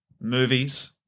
movies